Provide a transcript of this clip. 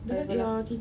whatever lah